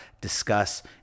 discuss